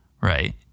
right